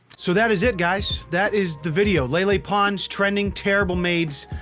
so that is it guys. that is the video. lele pons trending terrible maids.